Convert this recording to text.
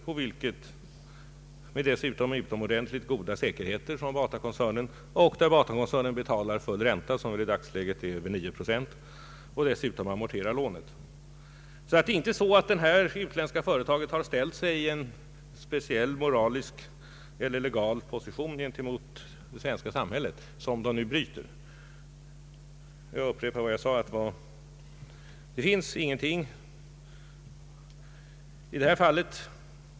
Batakoncernen har dessutom givit utomordentligt goda säkerheter och betalar full ränta — i dagsläget över 9 procent. Dessutom amorteras lånet. Detta utländska företag har alltså inte ställt sig i en speciell moralisk eller legal position gentemot det svenska samhället, en position som det nu bryter. Jag vill upprepa vad jag tidigare sade.